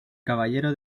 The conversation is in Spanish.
caballero